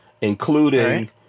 including